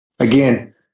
Again